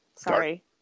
Sorry